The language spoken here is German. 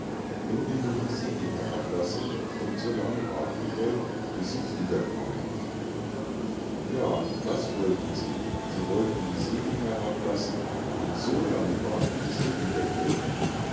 wenn ihr nur die segel herablassen und so lange warten wollt bis ich wiederkomme ja das wollten sie sie wollten die segel herablassen und so lange warten bis er